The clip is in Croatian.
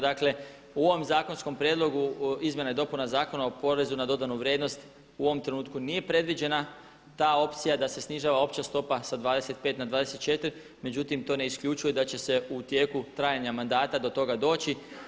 Dakle u ovom zakonskom prijedlogu izmjena i dopuna Zakona o porezu na dodanu vrijednost u ovom trenutku nije predviđena ta opcija da se snižava opća stopa sa 25 na 24, međutim to ne isključuje da će se u tijeku trajanja mandata do toga doći.